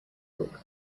book